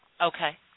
Okay